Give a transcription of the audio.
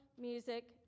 music